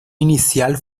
inicial